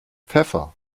pfeffer